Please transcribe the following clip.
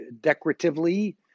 decoratively